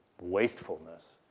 wastefulness